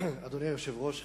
אדוני היושב-ראש,